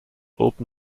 open